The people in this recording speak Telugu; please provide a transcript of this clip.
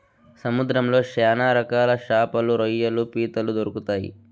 సముద్రంలో శ్యాన రకాల శాపలు, రొయ్యలు, పీతలు దొరుకుతాయి